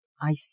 I